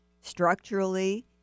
structurally